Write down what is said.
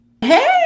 Hey